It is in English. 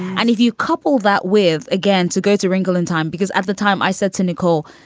and if you couple that with again, to go to wrinkle in time, because at the time i said to nicole,